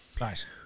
Nice